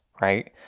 right